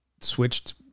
switched